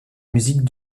musique